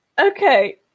Okay